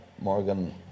Morgan